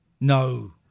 No